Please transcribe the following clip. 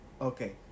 Okay